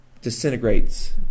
disintegrates